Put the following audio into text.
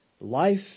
Life